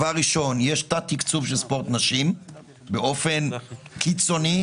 ראשית, יש תת-תקצוב של ספורט נשים באופן קיצוני.